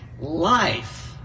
life